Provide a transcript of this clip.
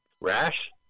Rash